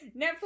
Netflix